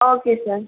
okay sir